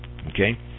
okay